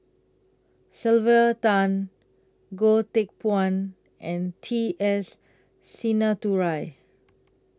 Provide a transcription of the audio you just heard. Sylvia Tan Goh Teck Phuan and T S Sinnathuray